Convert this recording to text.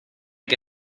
que